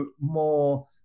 more